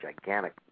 gigantic